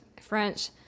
French